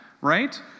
right